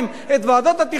את ועדות התכנון,